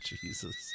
Jesus